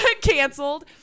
canceled